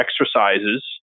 exercises